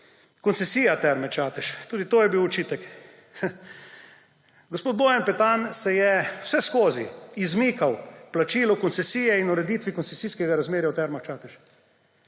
Koncesija Terme Čatež, tudi to je bil očitek. Gospod Bojan Petan se je vseskozi izmikal plačilu koncesije in ureditvi koncesijskega razmerja v Termah Čatež